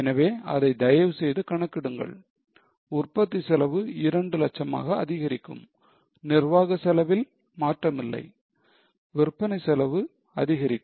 எனவே அதை தயவுசெய்து கணக்கிடுங்கள் உற்பத்தி செலவு இரண்டு லட்சமாக அதிகரிக்கும் நிர்வாக செலவில் மாற்றமில்லை விற்பனை செலவு அதிகரிக்கும்